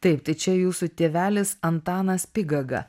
taip tai čia jūsų tėvelis antanas pigaga